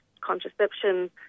contraception